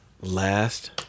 Last